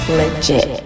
legit